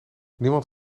niemand